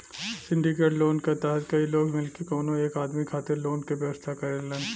syndicate loan क तहत कई लोग मिलके कउनो एक आदमी खातिर लोन क व्यवस्था करेलन